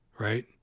right